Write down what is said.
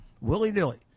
willy-nilly